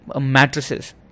mattresses